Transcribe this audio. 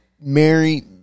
Mary